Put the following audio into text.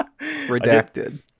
redacted